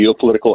geopolitical